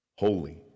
holy